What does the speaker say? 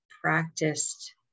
practiced